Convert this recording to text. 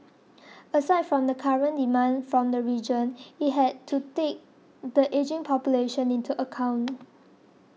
aside from the current demand from the region it had to take the ageing population into account